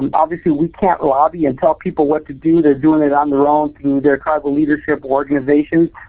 and obviously, we can't lobby and tell people what to do. they're doing it on their own through their tribal leadership or organization,